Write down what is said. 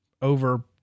over